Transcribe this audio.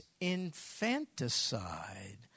infanticide